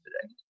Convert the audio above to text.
today